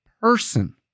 person